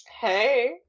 Hey